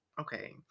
okay